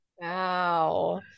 Wow